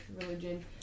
religion